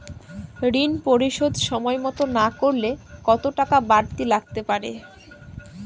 ঋন পরিশোধ সময় মতো না করলে কতো টাকা বারতি লাগতে পারে?